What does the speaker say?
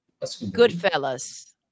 Goodfellas